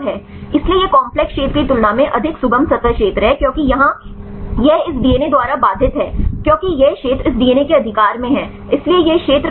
इसलिए यह काम्प्लेक्स क्षेत्र की तुलना में अधिक सुगम सतह क्षेत्र है क्योंकि यहां यह इस डीएनए द्वारा बाधित है क्योंकि यह क्षेत्र इस डीएनए के अधिकार में है इसलिए यह क्षेत्र कम होगा